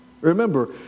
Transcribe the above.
Remember